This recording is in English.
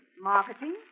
Marketing